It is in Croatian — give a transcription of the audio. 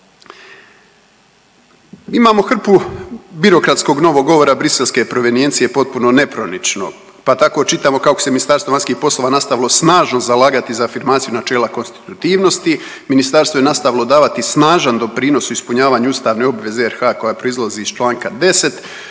Imamo hrpu birokratskog novog govora briselske provenijencije potpuno nepronično, pa tako čitamo kako se Ministarstvo vanjskih poslova nastavilo snažno zalagati za afirmaciju načela konstitutivnosti, Ministarstvo je nastavilo davati snažan doprinos u ispunjavanju ustavne obveze RH koja proizlazi iz čl. 10.